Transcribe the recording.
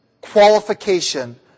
qualification